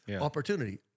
Opportunity